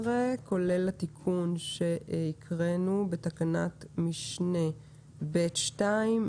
כולל התיקון שהקראנו בתקנת משנה (ב)(2).